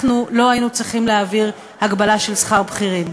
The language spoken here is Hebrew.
לא היינו צריכים להעביר הגבלה של שכר בכירים.